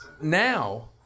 now